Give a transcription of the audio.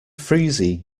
freezing